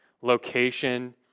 location